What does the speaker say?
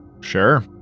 Sure